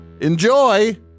Enjoy